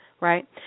right